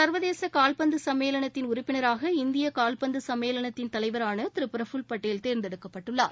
சர்வதேச கால்பந்து சும்மேளனத்தின் உறுப்பினராக இந்திய கால்பந்து சும்மேளனத்தின் தலைவரான திரு பிரபுல் படேல் தேர்ந்தெடுக்கப்பட்டுள்ளார்